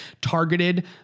targeted